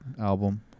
album